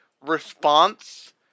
response